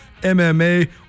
MMA